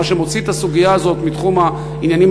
מה שמוציא את הסוגיה הזו מתחום העניינים